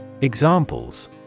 Examples